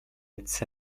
etc